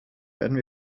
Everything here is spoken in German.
werden